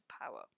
power